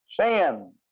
sin